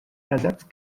ersatz